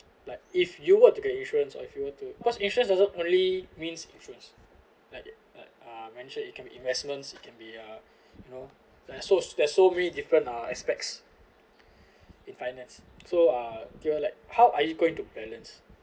like if you were to get insurance or if you were to cause insurance doesn't only means insurance like uh you mentioned it can investments it can be uh you know they're so they're so really different ah aspects in finance so uh do you all like how are you going to balance